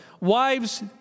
wives